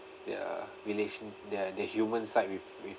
their relation~ their the human side with with